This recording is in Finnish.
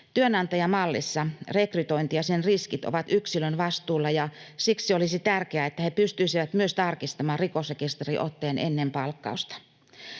Työnantajamallissa rekrytointi ja sen riskit ovat yksilön vastuulla, ja siksi olisi tärkeää, että he pystyisivät myös tarkistamaan rikosrekisteriotteen ennen palkkausta.